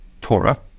Torah